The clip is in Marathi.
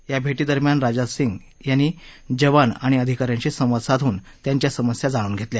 या भेरीदरम्यान राजनाथ सिंग यांनी जवान आणि अधिकाऱ्यांशी संवाद साधून त्यांच्या समस्या जाणून घेतल्या